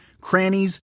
crannies